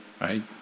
right